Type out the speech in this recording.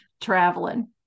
traveling